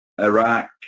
Iraq